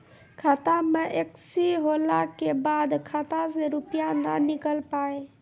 खाता मे एकशी होला के बाद खाता से रुपिया ने निकल पाए?